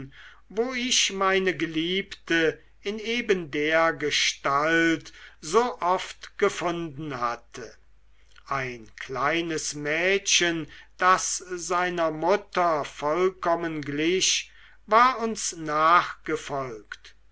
wo ich meine geliebte in eben der gestalt so oft gefunden hatte ein kleines mädchen das seiner mutter vollkommen glich war uns nachgefolgt